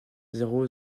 zéro